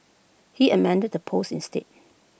he amended the post instead